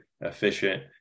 efficient